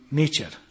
nature